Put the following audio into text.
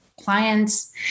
clients